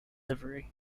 livery